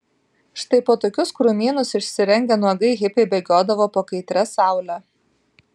štai po tokius krūmynus išsirengę nuogai hipiai bėgiodavo po kaitria saule